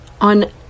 On